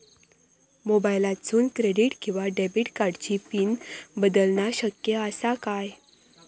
मोबाईलातसून क्रेडिट किवा डेबिट कार्डची पिन बदलना शक्य आसा काय?